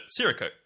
Sirico